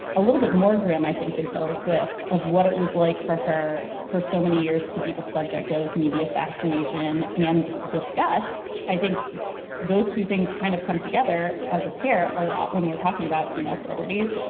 a little bit more grim, i think, than taylor swift of what it was like for her for so many years to be the subject of media fascination and disgust. i think those two things kind of come together as a pair a lot when we're talking about female celebrities.